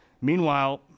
Meanwhile